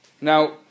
Now